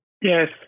Yes